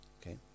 Okay